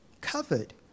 covered